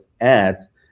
ads